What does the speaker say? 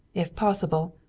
if possible,